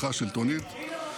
הפיכה שלטונית, הינה רוטמן.